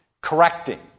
correcting